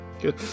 Good